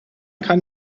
kann